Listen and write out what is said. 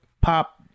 pop